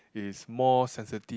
is more sensitive